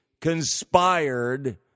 conspired